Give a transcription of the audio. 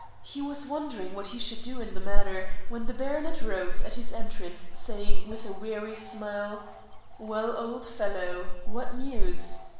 he was wondering what he should do in the matter, when the baronet rose at his entrance, saying, with a weary smile well, old fellow, what news?